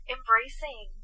Embracing